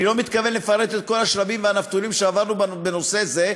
אני לא מתכוון לפרט את כל השלבים והנפתולים שעברנו בנושא זה,